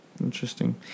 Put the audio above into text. Interesting